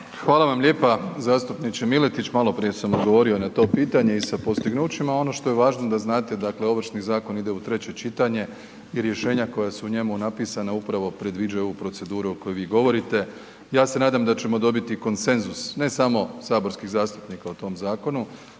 Hvala vam lijepa zastupniče Miletić, maloprije sam odgovorio na to pitanje i sa postignućima, ono što je važno da znate, dakle Ovršni zakon ide u treće čitanje i rješenja koja su u njemu napisana upravo predviđaju ovu proceduru o kojoj vi govorite. Ja se nadam da ćemo dobiti konsenzus ne samo saborskih zastupnik o tom zakonu